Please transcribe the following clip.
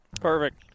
Perfect